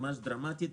ממש דרמטית.